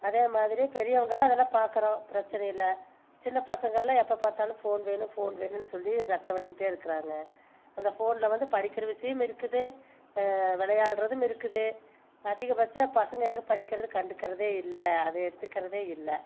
அதே மாதிரி பெரியவங்கலாம் அதெல்லாம் பார்க்கறோம் பிரச்சனை இல்லை சின்ன பசங்கெல்லாம் எப்போ பார்த்தாலும் ஃபோன் வேணும் ஃபோன் வேணும்னு சொல்லி ரச்ச பண்ணிக்கிட்டு இருக்கிறாங்க அந்த ஃபோனில் வந்து படிக்கிற விஷயம் இருக்குது விளையாட்றதும் இருக்குது அதிகப்பட்ச பசங்க எங்கே படிக்கிறது கண்டுக்கறது இல்லை அது எடுத்துக்கறது இல்லை